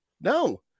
No